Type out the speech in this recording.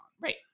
Right